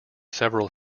several